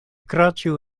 kraĉu